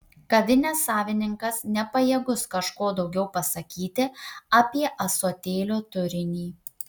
kavinės savininkas nepajėgus kažko daugiau pasakyti apie ąsotėlio turinį